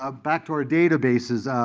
ah back to our databases,